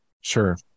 Sure